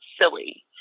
silly